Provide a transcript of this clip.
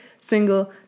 single